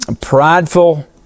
prideful